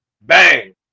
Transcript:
Bang